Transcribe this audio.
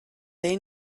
they